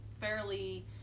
fairly